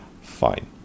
Fine